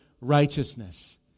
righteousness